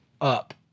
up